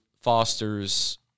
fosters